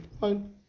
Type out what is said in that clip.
Fine